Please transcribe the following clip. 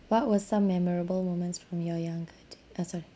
what was some memorable moments from your younger day uh sorry